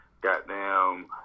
Goddamn